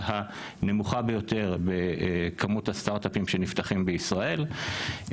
הנמוכה ביותר בכמות הסטארט-אפים שנפתחים בישראל.